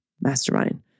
mastermind